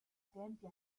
tempi